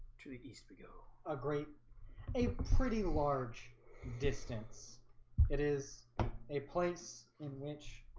to the east we go a great a pretty large distance it is a place in which